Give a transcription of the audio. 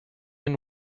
and